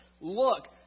look